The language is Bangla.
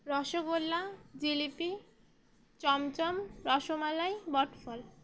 রসগোল্লা জিলিপি চমচম রসমালাই বটফল